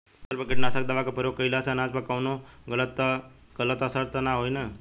फसल पर कीटनाशक दवा क प्रयोग कइला से अनाज पर कवनो गलत असर त ना होई न?